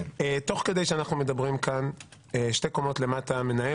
תוך כדי שאנחנו מדברים כאן שתי קומות למטה מנהל